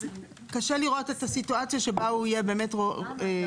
קשה לראות את הסיטואציה שבה הוא יהיה באמת עצמאי.